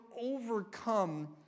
overcome